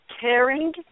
caring